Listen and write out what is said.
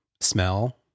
smell